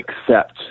accept